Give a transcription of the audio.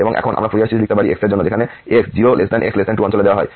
এবং এখন আমরা ফুরিয়ার সিরিজ লিখতে পারি x এর জন্য যেখানে x 0 x 2 অঞ্চলে দেওয়া হয়